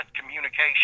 communication